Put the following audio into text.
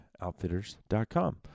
Outfitters.com